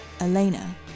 Elena